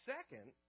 Second